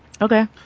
okay